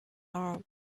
arm